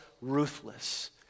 ruthless